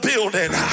building